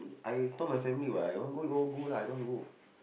I thought my family what I don't go you all go lah I don't want go